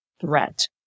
threat